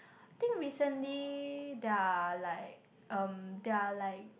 think recently there are like um there are like